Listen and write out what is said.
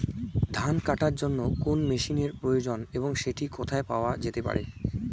ধান কাটার জন্য কোন মেশিনের প্রয়োজন এবং সেটি কোথায় পাওয়া যেতে পারে?